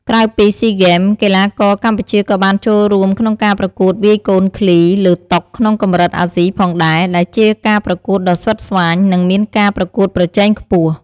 ក្រៅពីស៊ីហ្គេម កីឡាករកម្ពុជាក៏បានចូលរួមក្នុងការប្រកួតវាយកូនឃ្លីលើតុក្នុងកម្រិតអាស៊ីផងដែរ ដែលជាការប្រកួតដ៏ស្វិតស្វាញ និងមានការប្រកួតប្រជែងខ្ពស់។